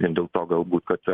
vien dėl to galbūt kad